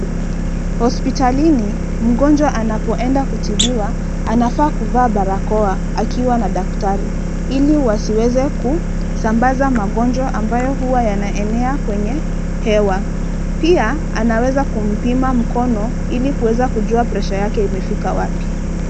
Hospitalini mgonjwa anapoenda kutibiwa anafaa kuvaa barakoa akiwa na daktari ili wasiweze kusambaza magonjwa ambayo huwa yanaenea kwenye hewa .Pia anaweza kumpima mkono ili kuweza kujua pressure yake imefika wapi.